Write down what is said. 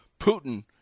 Putin